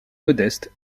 modeste